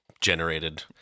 generated